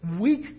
weak